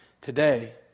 today